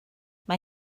mae